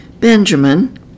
Benjamin